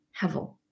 Hevel